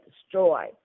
destroy